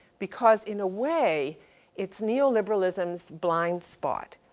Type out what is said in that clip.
because in a way it's neo-liberalism's blind spot.